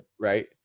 right